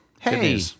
Hey